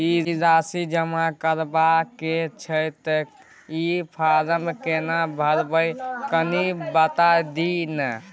ई राशि जमा करबा के छै त ई फारम केना भरबै, कनी बता दिय न?